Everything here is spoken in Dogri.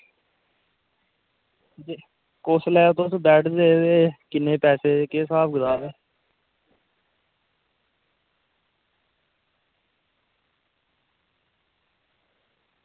कुसलै तुस बैठदे ते किन्ना केह् स्हाब कताब ऐ